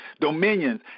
dominions